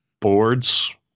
boards